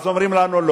אז אומרים לנו: